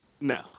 No